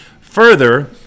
Further